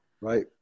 Right